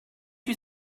you